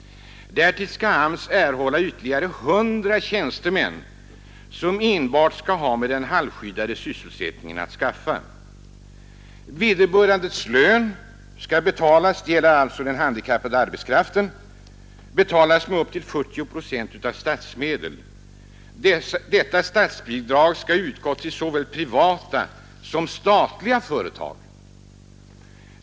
Därtill skall AMS erhålla ytterligare 100 tjänstemän som enbart skall ha med den halvskyddade sysselsättningen att skaffa. Vederbörandes lön skall betalas — det gäller alltså den handikappade arbetskraften — med upp till 40 procent av statsmedel. Detta statsbidrag skall utgå till såväl privata som statliga företag.